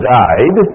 died